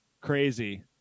crazy